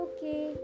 Okay